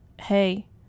hey